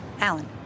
Alan